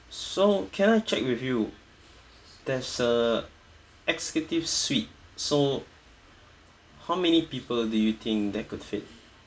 so can I check with you there's a executive suite so how many people do you think that could fit